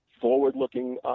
forward-looking